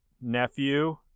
nephew